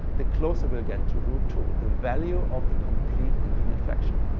the closer we'll get to root two the value of the complete infinite fraction.